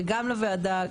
גם לוועדה,